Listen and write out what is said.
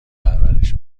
پرورش